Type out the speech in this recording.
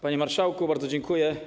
Panie marszałku, bardzo dziękuję.